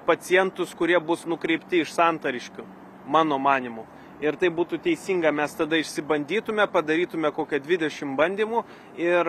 pacientus kurie bus nukreipti iš santariškių mano manymu ir tai būtų teisinga mes tada išsibandytume padarytume kokią dvidešim bandymų ir